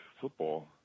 football